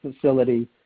facility